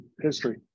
history